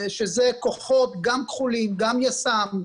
שזה כוחות גם כחולים, גם יס"מ,